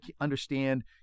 understand